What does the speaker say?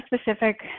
specific